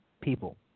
people